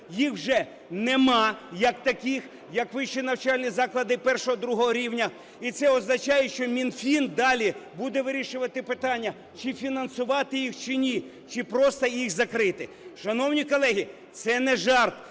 їх вже немає як таких, як вищих навчальних закладів І-ІІ рівня. І це означає, що Мінфін далі буде вирішувати питання, чи фінансувати їх, чи ні, чи просто їх закрити. Шановні колеги, це не жарт,